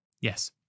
Yes